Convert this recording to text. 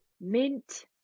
mint